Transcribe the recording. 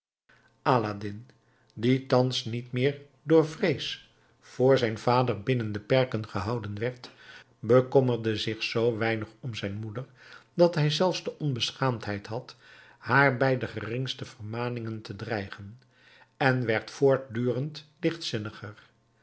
aladdin die thans niet meer door vrees voor zijn vader binnen de perken gehouden werd bekommerde zich zoo weinig om zijn moeder dat hij zelfs de onbeschaamdheid had haar bij de geringste vermaningen te dreigen en werd voortdurend lichtzinniger